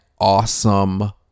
awesome